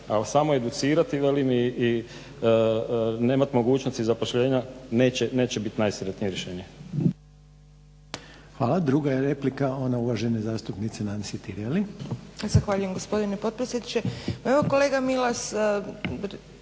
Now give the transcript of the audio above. Ali samo educirati velim i ne imati mogućnosti zapošljenja neće biti najsretnije rješenje.